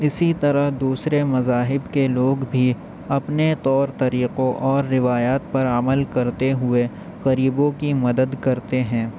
اسی طرح دوسرے مذاہب کے لوگ بھی اپنے طور طریقوں اور روایات پر عمل کرتے ہوئے غریبوں کی مدد کرتے ہیں